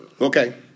Okay